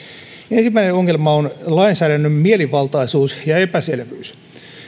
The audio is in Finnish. ensimmäinen ongelma on lainsäädännön mielivaltaisuus ja epäselvyys